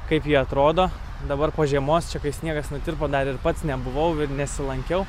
kaip jie atrodo dabar po žiemos čia kai sniegas nutirpo dar ir pats nebuvau ir nesilankiau